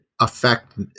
affect